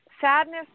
sadness